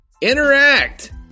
Interact